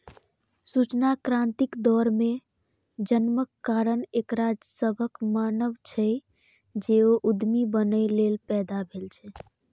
सूचना क्रांतिक दौर मे जन्मक कारण एकरा सभक मानब छै, जे ओ उद्यमी बनैए लेल पैदा भेल छै